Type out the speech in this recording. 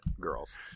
girls